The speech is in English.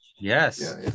Yes